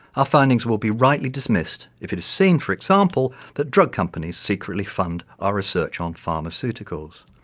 our findings will be rightly dismissed if it is seen, for example, that drug companies secretly fund our research on pharmaceuticals,